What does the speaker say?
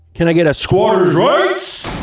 can i get a squattersrights?